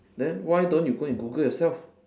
then why don't you go and google yourself